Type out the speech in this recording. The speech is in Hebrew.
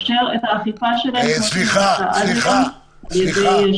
לאפשר את האכיפה שלהם --- סליחה, סליחה, סליחה.